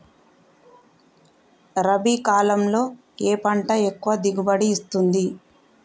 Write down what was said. రబీ కాలంలో ఏ పంట ఎక్కువ దిగుబడి ఇస్తుంది?